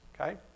okay